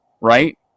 right